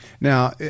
Now